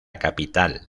capital